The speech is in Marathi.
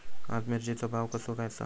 आज मिरचेचो भाव कसो आसा?